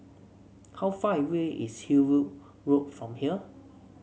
how far away is Hillview Road from here